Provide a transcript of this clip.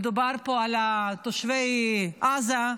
מדובר פה על תושבי עזה,